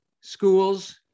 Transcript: schools